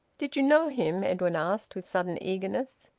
did you know him? edwin asked, with sudden eagerness.